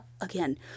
again